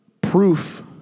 proof